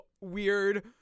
weird